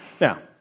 Now